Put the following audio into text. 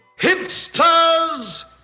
Hipsters